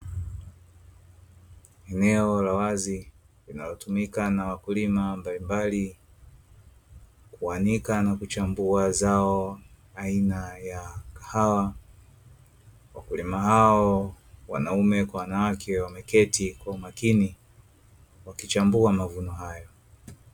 Eneo la wazi, linalotumika na wakulima mbalimbali, kuanika na kuchambua zao aina ya kahawa, wakulima hao wanaume kwa wanawake wameketi kwa umakini wakichambua mavuno hayo.